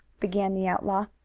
began the outlaw.